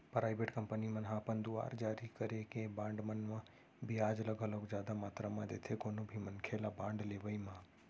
private company मन ह अपन दुवार जारी करे गे बांड मन म बियाज ल घलोक जादा मातरा म देथे कोनो भी मनखे ल बांड लेवई म